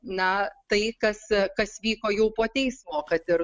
na tai kas kas vyko jau po teismo kad ir